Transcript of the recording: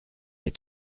est